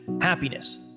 happiness